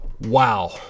Wow